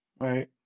Right